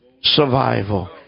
survival